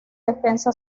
defensa